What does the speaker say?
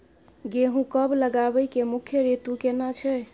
गेहूं कब लगाबै के मुख्य रीतु केना छै?